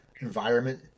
environment